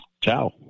Ciao